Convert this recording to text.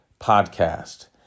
Podcast